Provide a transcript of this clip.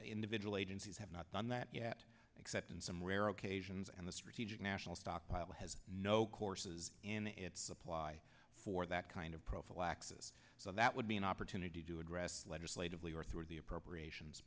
individual agencies have not done that yet except in some rare occasions and the strategic national stockpile has no courses in its supply for that kind of profile access so that would be an opportunity to address legislatively or through the appropriations